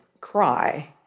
cry